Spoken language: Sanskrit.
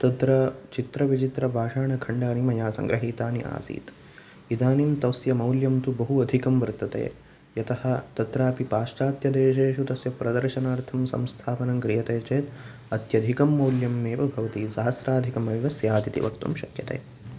तत्र चित्रविचित्रपाषाणखण्डानि मया सङ्गृहीतानि आसीत् इदानीं तस्य मौल्यं तु बहु अधिकं वर्तते यतः तत्रापि पाश्चात्यदेशेषु तस्य प्रदशनार्थं संस्थापनं क्रियते चेत् अत्यधिकं मूल्यमेव भवति सहस्राधिकमेव स्यात् इति वक्तुं शक्यते